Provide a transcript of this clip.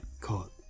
caught